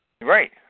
Right